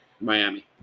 Miami